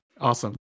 awesome